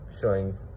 showing